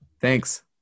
thanks